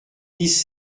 dix